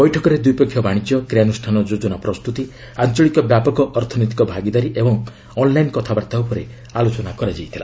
ବୈଠକରେ ଦ୍ୱିପାକ୍ଷିୟ ବାଣିଜ୍ୟ କ୍ରିୟାନୁଷ୍ଠାନ ଯୋଜନା ପ୍ରସ୍ତୁତି ଆଞ୍ଚଳିକ ବ୍ୟାପକ ଅର୍ଥନୈତିକ ଭାଗିଦାରୀ ଓ ଅନ୍ଲାଇନ୍ କଥାବାର୍ତ୍ତା ଉପରେ ଆଲୋଚନା ହୋଇଥିଲା